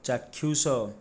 ଚାକ୍ଷୁଷ